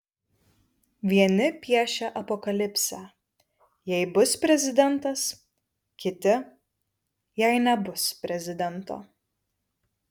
vieni piešia apokalipsę jei bus prezidentas kiti jei nebus prezidento